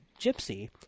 Gypsy